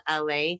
LA